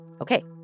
Okay